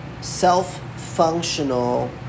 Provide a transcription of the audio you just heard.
self-functional